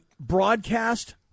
broadcast